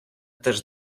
теж